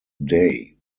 day